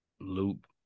Loop